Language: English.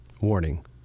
warning